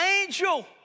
angel